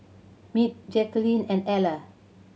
Mitch Jacqulyn and Eller